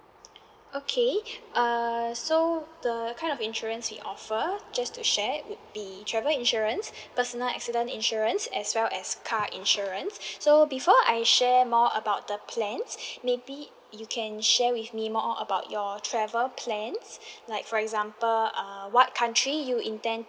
okay err so the kind of insurance we offer just to share would be travel insurance personal accident insurance as well as car insurance so before I share more about the plans maybe you can share with me more about your travel plans like for example uh what country you intend to